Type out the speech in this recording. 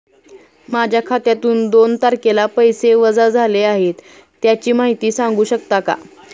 माझ्या खात्यातून दोन तारखेला पैसे वजा झाले आहेत त्याची माहिती सांगू शकता का?